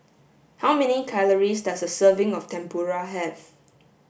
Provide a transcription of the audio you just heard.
how many calories does a serving of Tempura have